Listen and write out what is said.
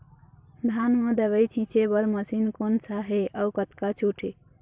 धान म दवई छींचे बर मशीन कोन सा हे अउ कतका छूट हे?